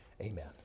Amen